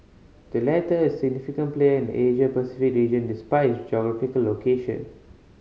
the latter is a significant player in the Asia Pacific region despite its geographical location